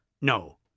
No